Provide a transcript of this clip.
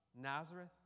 Nazareth